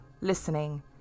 listening